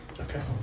Okay